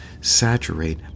saturate